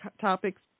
topics